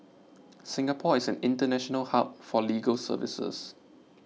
Singapore is an international hub for legal services